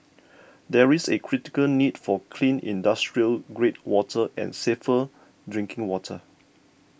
there is a critical need for clean industrial grade water and safer drinking water